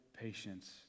patience